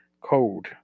Code